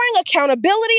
accountability